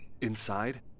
Inside